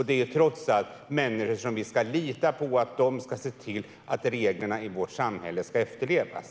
Det är trots allt människor som vi ska lita på att de ser till att reglerna i vårt samhälle efterlevs.